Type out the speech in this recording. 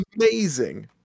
Amazing